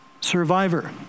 survivor